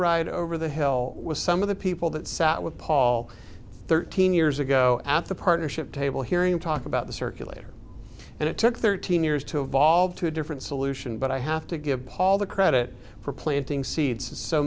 ride over the hill was some of the people that sat with paul thirteen years ago at the partnership table hearing talk about the circulator and it took thirteen years to evolve to a different solution but i have to give paul the credit for planting seeds so